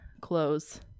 close